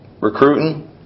recruiting